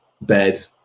bed